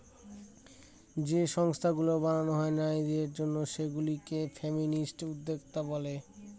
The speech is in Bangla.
যে সংস্থাগুলো বানানো হয় নারীদের জন্য সেগুলা কে ফেমিনিস্ট উদ্যোক্তা বলে